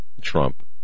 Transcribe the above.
Trump